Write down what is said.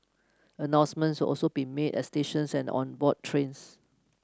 announcements also be made at stations and on board trains